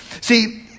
See